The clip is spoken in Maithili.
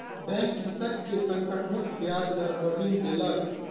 बैंक कृषक के संकट मुक्त ब्याज दर पर ऋण देलक